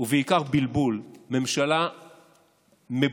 ובעיקר בלבול ממשלה מבולבלת